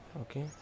Okay